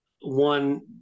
one